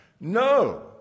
No